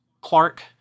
clark